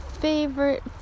favorite